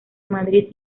madrid